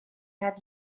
have